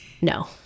No